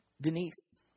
Denise